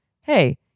Hey